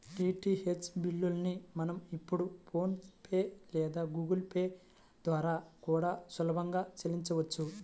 DTH బిల్లుల్ని మనం ఇప్పుడు ఫోన్ పే లేదా గుగుల్ పే ల ద్వారా కూడా సులభంగా చెల్లించొచ్చు